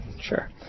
Sure